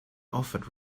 offered